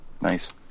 Nice